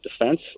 defense